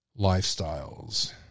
lifestyles